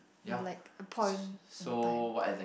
like a point in time